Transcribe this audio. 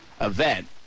event